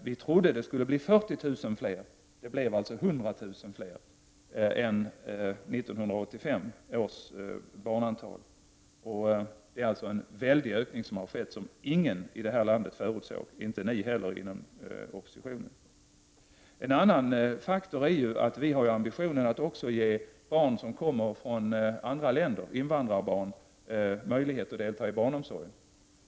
Vi trodde att det skulle bli 40 000 fler, och det blir alltså 100 000 fler än det blev 1985. Det är alltså en väldig ökning som har skett och som ingen i det här landet förutsåg — inte ni heller i oppositionen. En annan faktor är att vi har ambitionen att också ge barn som kommer från andra länder — invandrarbarn — möjlighet att delta i barnomsorgen.